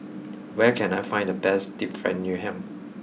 where can I find the best Deep Fried Ngoh Hiang